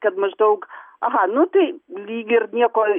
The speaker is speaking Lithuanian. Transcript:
kad maždaug aha nu tai lyg ir nieko